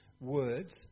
words